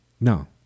No